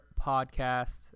podcast